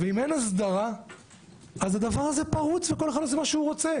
אם אין הסדרה אז הדבר הזה פרוץ וכל אחד עושה מה שהוא רוצה.